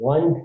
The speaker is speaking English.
One